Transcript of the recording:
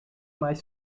mais